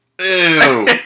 Ew